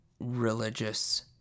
religious